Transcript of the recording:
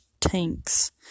tanks